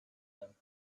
him